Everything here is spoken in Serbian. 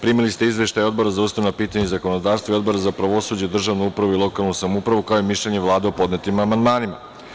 Primili ste izveštaj Odbora za ustavna pitanja i zakonodavstvo i Odbora za pravosuđe, državnu upravu i lokalnu samoupravu, kao i mišljenje Vlade o podnetim amandmanima.